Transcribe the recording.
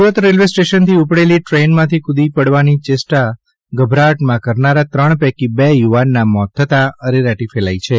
Surat railway સ્ટેશનેથી ઉપડેલી ટ્રેનમાંથી ક્રદી પડવાની ચેષ્ટા ગભરાટમાં કરનાર ત્રણ પૈકી બે યુવાનના મોત થતા અરેરાટી ફેલાઈ છે